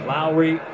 Lowry